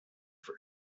for